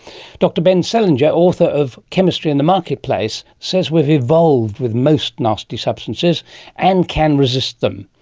dr ben selinger, author of chemistry in the marketplace, says we've evolved with most nasty substances and can resist them.